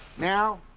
now,